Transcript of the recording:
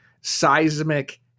seismic